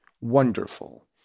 wonderful